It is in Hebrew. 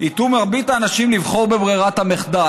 ייטו מרבית האנשים לבחור בברירת המחדל.